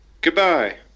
Goodbye